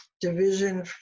Division